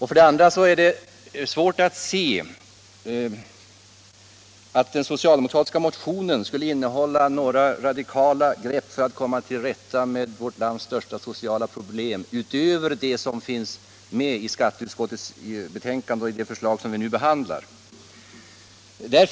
För det andra är det svårt att se att den socialdemokratiska motionen skulle innehålla några radikala grepp när det gäller att komma till rätta med vårt lands största sociala problem — utöver det som finns med i skatteutskottets betänkande och i det förslag som vi nu behandlar.